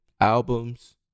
albums